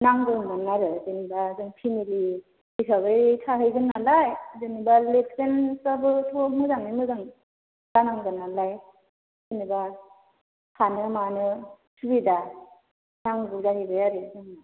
नांगौ मोन आरो जेनोबा जों फेमिलि हिसाबै थाहैगोन नालाय जेन'बा लेट्रिनफ्राबोथ' मोजाङै मोजां जानांगोन नालाय जेन'बा थानो मानो सुबिदा नांगौ जाहैबाय आरो जोंनो